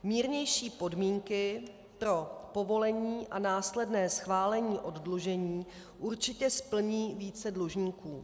Mírnější podmínky pro povolení a následné schválení oddlužení určitě splní více dlužníků.